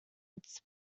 its